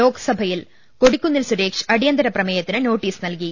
ലോക്സഭയിൽ കൊടിക്കുന്നിൽ സുരേഷ് അടിയന്തര പ്രമേയത്തിന് നോട്ടീസ് നൽകി